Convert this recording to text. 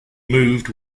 moved